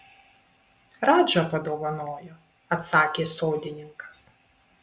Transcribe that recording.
radža padovanojo atsakė sodininkas